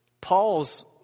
Paul's